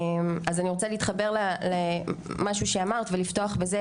אז אני ארצה להתחבר למשהו שאמרת ולפתוח בזה,